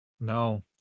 No